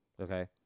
okay